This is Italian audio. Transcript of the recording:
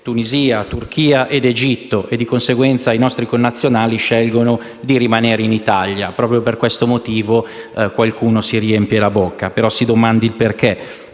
Turchia, Tunisia ed Egitto. Di conseguenza, i nostri connazionali scelgono di rimanere in Italia e per questo motivo qualcuno si riempie la bocca. Si domandi, invece,